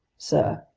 sir,